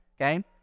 okay